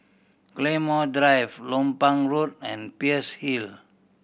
Claymore Drive Lompang Road and Peirce Hill